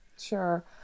sure